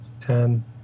ten